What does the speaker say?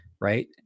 right